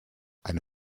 eine